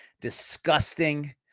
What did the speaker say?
disgusting